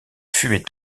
fumées